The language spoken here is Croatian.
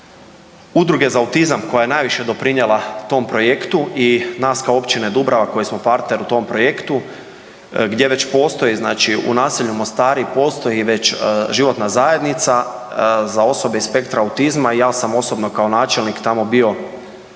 Udruge za autizam koja je najviše doprinijela tom projektu i nas kao općine Dubrava koji smo partner u tom projektu gdje već postoji znači u naselju Mostari postoji već životna zajednica za osobe iz spektra autizma i ja sam osobno kao načelnik tamo bio